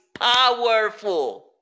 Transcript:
powerful